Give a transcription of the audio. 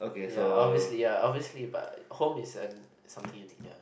ya obviously uh obviously but home is an something unique ya